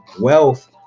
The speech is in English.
wealth